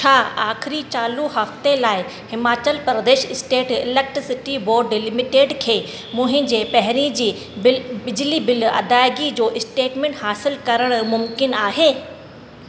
छा आख़िरी चालू हफ़्ते लाइ Himachal Pradesh state electricity board limited खे मुंहिंजे पहिरीं जी बिल बिजली बिल अदायगी जो स्टेटमेंट हासिलु करणु मुमकिन आहे